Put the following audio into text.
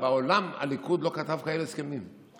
מעולם הליכוד לא כתב כאלה הסכמים.